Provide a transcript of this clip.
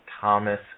Thomas